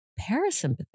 Parasympathetic